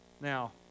Now